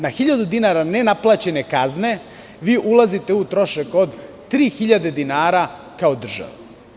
Na hiljadu dinara nenaplaćene kazne ulazite u trošak od 3 hiljade dinara kao država.